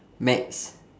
maths